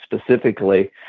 specifically